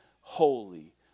holy